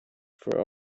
for